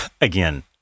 Again